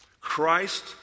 Christ